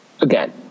Again